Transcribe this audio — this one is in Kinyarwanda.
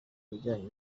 bijyanye